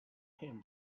him